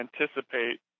anticipate